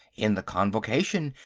in the convocation,